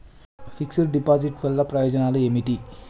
Fix డ్ deposit వల్ల ప్రయోజనాలు ఏమిటి?